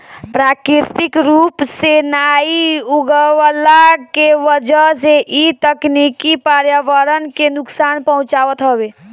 प्राकृतिक रूप से नाइ उगवला के वजह से इ तकनीकी पर्यावरण के नुकसान पहुँचावत हवे